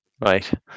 Right